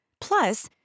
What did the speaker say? Plus